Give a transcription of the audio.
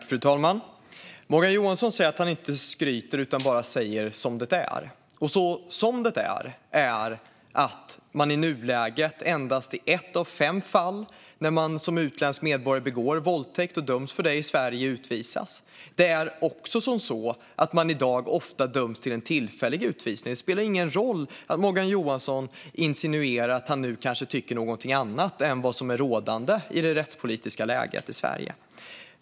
Fru talman! Morgan Johansson säger att han inte skryter utan bara säger som det är. "Som det är" innebär i nuläget att endast en av fem utländska medborgare som begår en våldtäkt och döms för det i Sverige utvisas. Det är också så att man i dag ofta döms till en tillfällig utvisning. Det spelar därför ingen roll att Morgan Johansson insinuerar att han nu kanske tycker någonting annat än vad som är rådande i det rättspolitiska läget i Sverige.